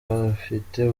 bafite